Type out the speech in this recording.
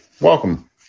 Welcome